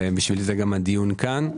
לכן גם הדיון כאן.